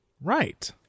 Right